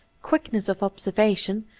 quickness of observation,